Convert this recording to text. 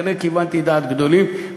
כנראה כיוונתי לדעת גדולים,